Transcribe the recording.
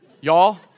Y'all